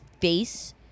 face